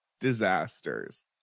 disasters